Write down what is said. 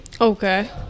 Okay